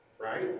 right